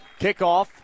Kickoff